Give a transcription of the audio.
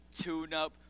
tune-up